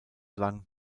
lang